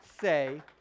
say